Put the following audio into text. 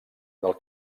del